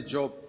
Job